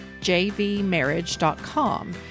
jvmarriage.com